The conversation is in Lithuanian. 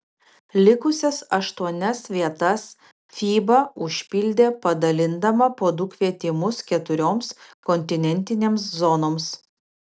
likusias aštuonias vietas fiba užpildė padalindama po du kvietimus keturioms kontinentinėms zonoms